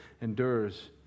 endures